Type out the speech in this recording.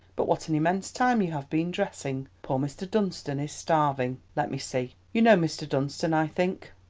but what an immense time you have been dressing. poor mr. dunstan is starving. let me see. you know mr. dunstan, i think.